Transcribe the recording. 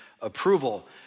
approval